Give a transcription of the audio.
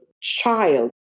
child